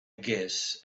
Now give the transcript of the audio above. guess